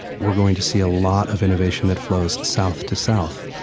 we're going to see a lot of innovation that flows south to south,